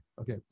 okay